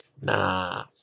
Nah